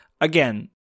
again